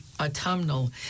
Autumnal